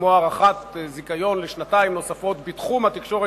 כמו הארכת זיכיון לשנתיים נוספות בתחום התקשורת,